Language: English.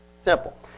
Simple